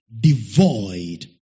devoid